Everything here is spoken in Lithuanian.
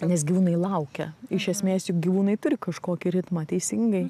nes gyvūnai laukia iš esmės juk gyvūnai turi kažkokį ritmą teisingai